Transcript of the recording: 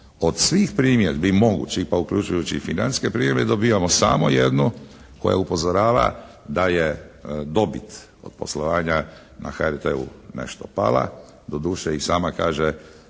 od svih primjedbi mogućih pa uključujući i financijske primjedbe dobivamo samo jednu koja upozorava da je dobit od poslovanja na HRT-u nešto pala. Doduše i sama kaže